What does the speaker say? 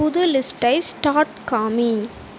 புது லிஸ்ட்டை ஸ்டார்ட் காமி